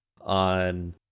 on